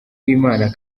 w’imana